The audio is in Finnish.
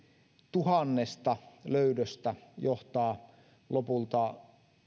tuhannesta löydöstä johtaa lopulta